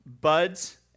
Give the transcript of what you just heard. buds